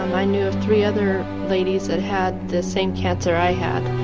um i knew of three other ladies that had the same cancer i had.